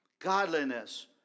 godliness